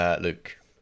Luke